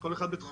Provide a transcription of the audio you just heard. כל אחד בתחומו,